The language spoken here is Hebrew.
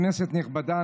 כנסת נכבדה,